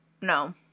No